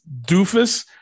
doofus